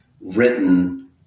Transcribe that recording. written